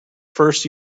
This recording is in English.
first